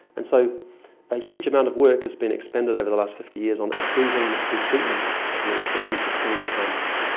and so a huge amount of work has been expended over the last fifty years on improving the pre-treatment techniques that we used to clean the samples.